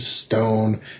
stone